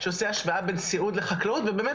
שעושה השוואה בין סיעוד לחקלאות ובאמת